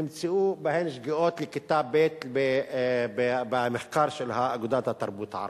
לכיתה ב' שנמצאו בהם שגיאות במחקר של אגודת התרבות הערבית.